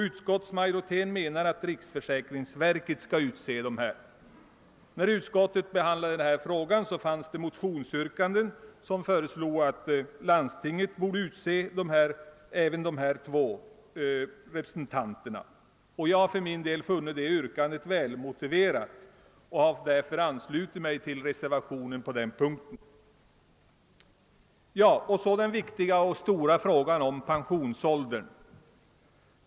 Utskottsmajoriteten menar att riksförsäkringsverket skall utse dessa ledamöter. När utskottet behandlade frågan förelåg motionsyrkanden i vilka föreslogs att landstinget borde utse de två representanterna. För min del har jag funnit detta yrkande välmotiverat och har anslutit mig till reservationen på denna punkt. Så kommer jag till den viktiga och stora frågan om pensionsåldern.